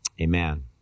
Amen